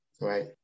Right